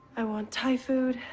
i want thai food,